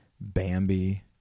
Bambi